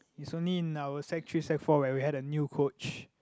is only in our sec-three sec-four where we had a new coach